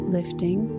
Lifting